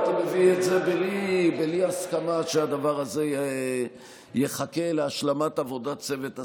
הייתי מביא את זה בלי הסכמה שהדבר הזה יחכה להשלמת עבודת צוות השרים.